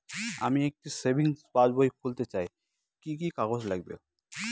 আমি একটি সেভিংস পাসবই খুলতে চাই কি কি কাগজ লাগবে?